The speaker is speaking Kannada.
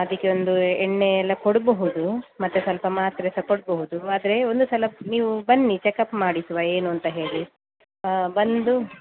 ಅದಕ್ಕೆ ಒಂದು ಎಣ್ಣೆ ಎಲ್ಲ ಕೊಡಬಹುದು ಮತ್ತು ಸ್ವಲ್ಪ ಮಾತ್ರೆ ಸಹ ಕೊಡ್ಬೌದು ಆದರೆ ಒಂದು ಸಲ ನೀವು ಬನ್ನಿ ಚೆಕಪ್ ಮಾಡಿಸುವ ಏನು ಅಂತ ಹೇಳಿ ಬಂದು